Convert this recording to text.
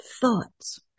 thoughts